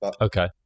Okay